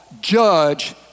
judge